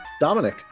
Dominic